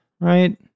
Right